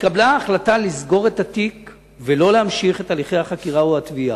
התקבלה החלטה לסגור את התיק ולא להמשיך את הליכי החקירה או התביעה,